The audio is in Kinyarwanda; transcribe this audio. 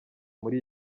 muri